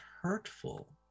hurtful